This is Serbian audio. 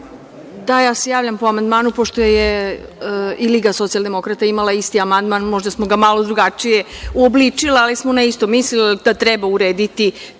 Da, ja se javljam po amandmanu pošto i Liga Socijaldemokrata imala isti amandman, možda smo ga malo drugačije uobličili, ali smo na isto mislili, da treba urediti